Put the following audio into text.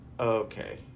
okay